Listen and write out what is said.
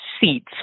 Seats